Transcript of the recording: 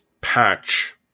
patch